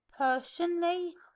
Personally